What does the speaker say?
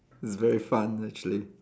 it's very fun actually